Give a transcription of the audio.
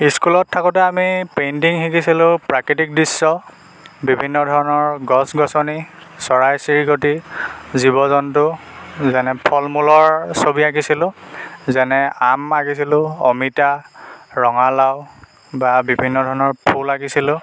স্কুলত থাকোঁতে আমি পেইণ্টিং শিকিছিলোঁ প্ৰাকৃতিক দৃশ্য বিভিন্ন ধৰণৰ গছ গছনি চৰাই চিৰিকটি জীৱ জন্তু যেনে ফল মূলৰ ছবি আঁকিছিলোঁ যেনে আম আঁকিছিলোঁ অমিতা ৰঙালাও বা বিভিন্ন ধৰণৰ ফুল আঁকিছিলোঁ